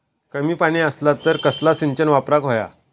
कमी पाणी असला तर कसला सिंचन वापराक होया?